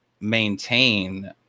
maintain